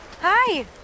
Hi